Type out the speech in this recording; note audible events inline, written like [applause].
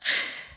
[breath]